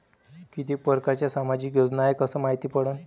कितीक परकारच्या सामाजिक योजना हाय कस मायती पडन?